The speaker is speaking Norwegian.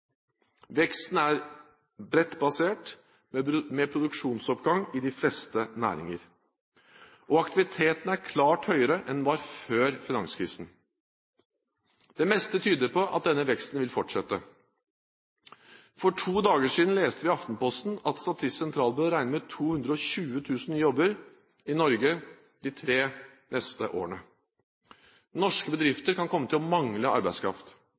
Veksten er bredt basert, med produksjonsoppgang i de fleste næringer. Aktiviteten er klart høyere enn den var før finanskrisen, og det meste tyder på at denne veksten vil fortsette. For to dager siden leste vi i Aftenposten at Statistisk sentralbyrå regner med 220 000 nye jobber i Norge de tre neste årene. Norske bedrifter kan komme til å mangle arbeidskraft,